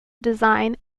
design